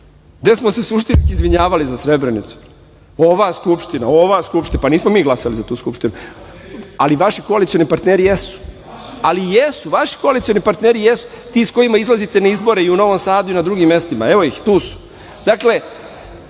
gde smo se suštinski izvinjavali za Srebrenicu. Ova Skupština. Ova Skupština. Pa, nismo mi glasali za tu Skupštinu, ali vaši koalicioni partneri jesu. Ali, jesu, vaši koalicioni partneri jesu, ti sa kojima izlazite na izbore i u Novom Sadu i na drugim mestima. Evo ih, tu